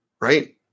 right